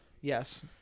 Yes